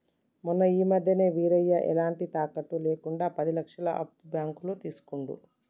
మొన్న ఈ మధ్యనే వీరయ్య ఎలాంటి తాకట్టు లేకుండా పది లక్షల అప్పు బ్యాంకులో తీసుకుండు